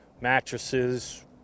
mattresses